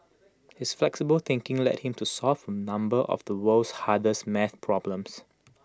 his flexible thinking led him to solve A number of the world's hardest math problems